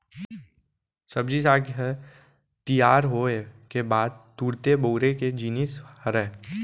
सब्जी साग ह तियार होए के बाद तुरते बउरे के जिनिस हरय